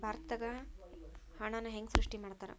ಭಾರತದಾಗ ಹಣನ ಹೆಂಗ ಸೃಷ್ಟಿ ಮಾಡ್ತಾರಾ